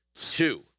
Two